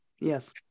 Yes